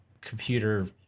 computer